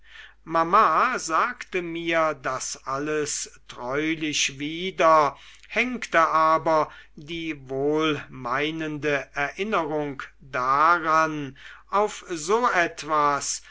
mama sagte mir das alles treulich wieder hängte aber die wohlmeinende erinnerung daran auf so etwas